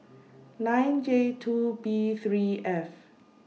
nine J two B three F